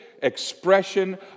expression